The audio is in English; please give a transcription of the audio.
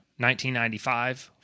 1995